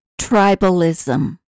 Tribalism